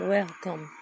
Welcome